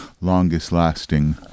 longest-lasting